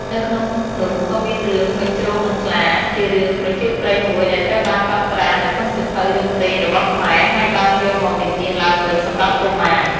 នៅក្នុងនោះក៏មានរឿង កញ្ជ្រោងនិងខ្លា ជារឿងប្រជាប្រិយមួយដែលត្រូវបានកត់ត្រានៅក្នុងសៀវភៅរឿងព្រេងរបស់ខ្មែរ ហើយបានយកមកនិទានឡើងវិញសម្រាប់កុមារ។